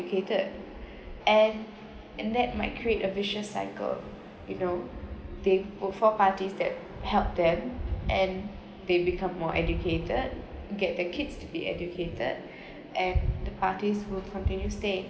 ~cated and and that might create a vicious cycle you know they will vote parties that helped them and they become more educated get the kids to be educated and the parties will continue stayed